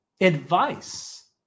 advice